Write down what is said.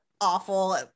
awful